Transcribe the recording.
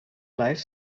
life